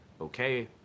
Okay